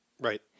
Right